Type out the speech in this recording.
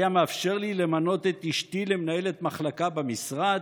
היה מאפשר לי למנות את אשתי למנהלת מחלקה במשרד?